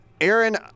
Aaron